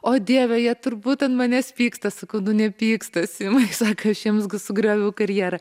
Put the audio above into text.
o dieve jie turbūt ant manęs pyksta sakau nu nepyksta simai sako aš jiems sugrioviau karjerą